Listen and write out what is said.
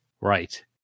Right